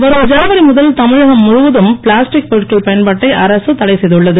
வரும் ஜனவரி முதல் தமிழகம் முழுவதும் பிளாஸ்டிக் பொருட்கள் பயன்பாட்டை அரசு தடை செய்துள்ளது